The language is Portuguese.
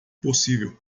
possível